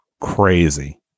crazy